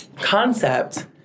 concept